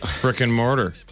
brick-and-mortar